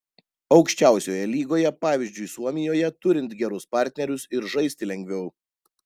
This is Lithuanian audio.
aukščiausioje lygoje pavyzdžiui suomijoje turint gerus partnerius ir žaisti lengviau